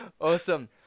Awesome